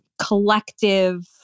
collective